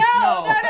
no